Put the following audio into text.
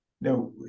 Now